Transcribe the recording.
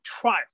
trial